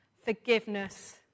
forgiveness